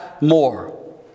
more